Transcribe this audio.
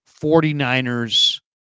49ers